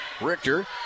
Richter